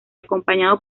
acompañado